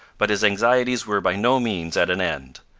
but his anxieties were by no means at an end.